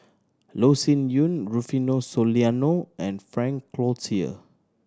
Loh Sin Yun Rufino Soliano and Frank Cloutier